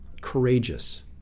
courageous